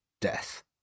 death